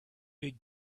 big